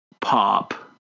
Pop